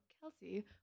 Kelsey